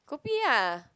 Kopi ah